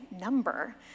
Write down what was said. number